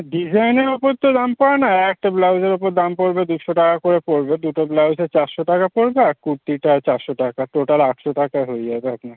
ডিজাইনের ওপর তো দাম পড়ে না এক একটা ব্লাউজের ওপর দাম পড়বে দুশো টাকা করে পড়বে দুটো ব্লাউজে চারশো টাকা পড়বে আর কুর্তিটা চারশো টাকা টোটাল আটশো টাকায় হয়ে যাবে আপনার